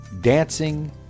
dancing